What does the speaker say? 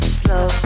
slow